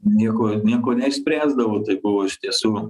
nieko ir nieko neišspręsdavo tai buvo iš tiesų